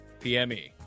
PME